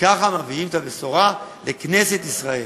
וככה מביאים את הבשורה לכנסת ישראל.